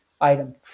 item